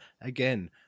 again